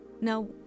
Now